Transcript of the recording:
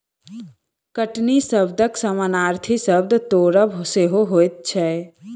कटनी शब्दक समानार्थी शब्द तोड़ब सेहो होइत छै